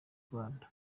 rwanda